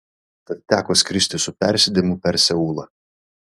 tad teko skristi su persėdimu per seulą